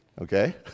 okay